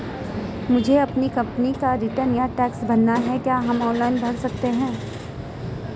मुझे अपनी कंपनी का रिटर्न या टैक्स भरना है क्या हम ऑनलाइन भर सकते हैं?